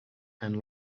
and